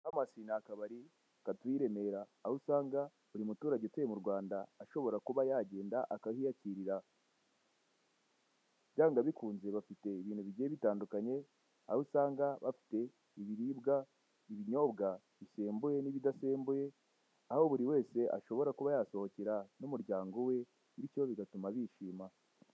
Bahamas ni akabari gatuye i Remera. Aho usanga buri muturage utuye mu Rwanda ashobora kuba yagenda akahiyakirira. Byanga bikunze bafite ibintu bigiye bitandukanye, aho usanga bafite ibiribwa, ibinyobwa bisembuye n'ibidasembuye, aho buri wese ashobora kuba yasohokera n'umuryango we, bityo bigatuma bishima.